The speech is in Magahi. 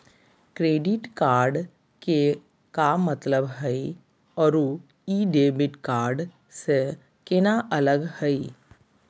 क्रेडिट कार्ड के का मतलब हई अरू ई डेबिट कार्ड स केना अलग हई?